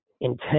intent